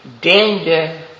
danger